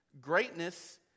Greatness